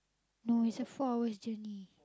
no it's a four hours journey